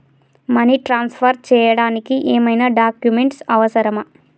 Money transfer చేయడానికి ఏమైనా documents అవసరమా?